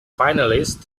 finalist